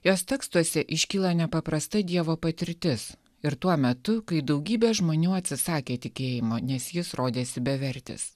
jos tekstuose iškyla nepaprasta dievo patirtis ir tuo metu kai daugybė žmonių atsisakė tikėjimo nes jis rodėsi bevertis